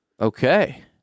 Okay